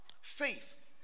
Faith